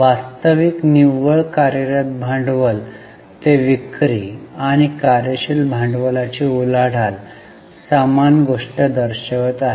वास्तविक निव्वळ कार्यरत भांडवल ते विक्री आणि कार्यशील भांडवलाची उलाढाल समान गोष्ट दर्शवित आहे